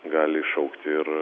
gali iššaukti ir